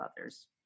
others